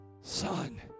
Son